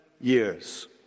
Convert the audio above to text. years